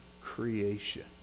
creation